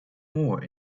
more